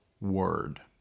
word